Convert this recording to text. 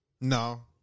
No